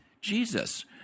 Jesus